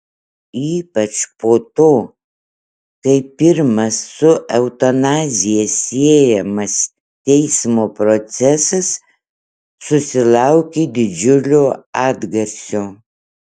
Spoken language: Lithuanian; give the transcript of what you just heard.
ypač po to kai pirmas su eutanazija siejamas teismo procesas susilaukė didžiulio atgarsio